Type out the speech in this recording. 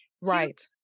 right